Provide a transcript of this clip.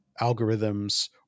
algorithms